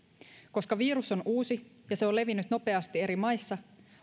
koska virus on uusi ja se on levinnyt nopeasti eri maissa